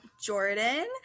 Jordan